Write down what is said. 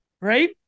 right